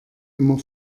immer